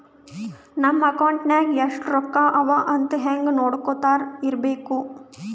ನಮ್ ಅಕೌಂಟ್ ನಾಗ್ ಎಸ್ಟ್ ರೊಕ್ಕಾ ಅವಾ ಅಂತ್ ಹಂಗೆ ನೊಡ್ಕೊತಾ ಇರ್ಬೇಕ